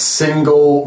single